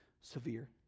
severe